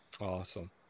Awesome